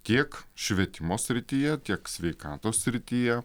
tiek švietimo srityje tiek sveikatos srityje